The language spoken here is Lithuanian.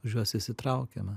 už juos įsitraukiame